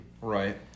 Right